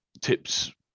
tips